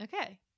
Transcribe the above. okay